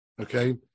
okay